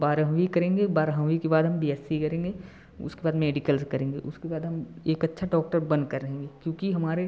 बारहवीं करेंगे बारहवीं के बाद हम बी एस सी करेंगे उसके बाद मेडिकल्स करेंगे उसके बाद हम एक अच्छा डॉक्टर बनकर रहेंगे क्योंकि हमारे